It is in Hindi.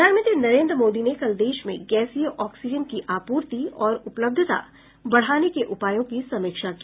प्रधानमंत्री नरेंद्र मोदी ने कल देश में गैसीय ऑक्सीजन की आपूर्ति और उपलब्धता बढाने के उपायों की समीक्षा की